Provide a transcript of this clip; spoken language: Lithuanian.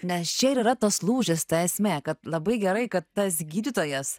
nes čia ir yra tas lūžis ta esmė kad labai gerai kad tas gydytojas